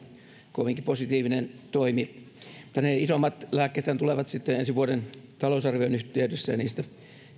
kovinkin positiivinen toimi ne isommat lääkkeethän tulevat ensi vuoden talousarvion yhteydessä ja niistä